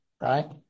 right